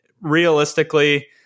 realistically